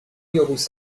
یبوست